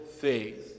faith